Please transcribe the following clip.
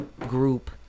group